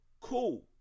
cool